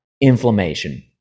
inflammation